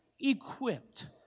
equipped